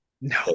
No